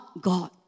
God